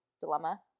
Dilemma